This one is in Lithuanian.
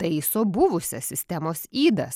taiso buvusias sistemos ydas